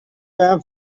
بهم